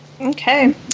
Okay